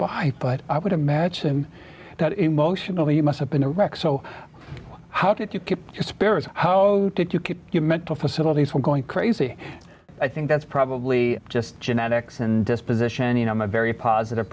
by but i would imagine that emotionally you must have been a wreck so how did you keep your spirits how did you keep your mental facilities were going crazy i think that's probably just genetics and disposition you know i'm a very positive